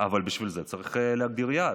אבל בשביל זה צריך להגדיר יעד.